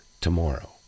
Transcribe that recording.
tomorrow